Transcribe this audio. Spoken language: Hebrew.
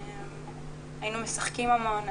היינו משחקים המון,